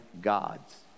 God's